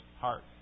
heart